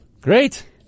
Great